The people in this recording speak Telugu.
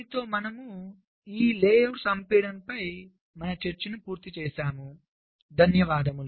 దీనితో మనము లే అవుట్ సంపీడనం పై మన చర్చను పూర్తి చేశాము